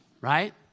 right